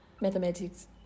Mathematics